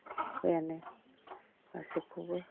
बिफायानो गासैखौबो